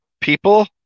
people